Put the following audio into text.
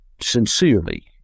sincerely